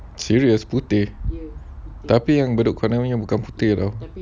serious putih tapi yang bedok corner tu bukan putih [tau]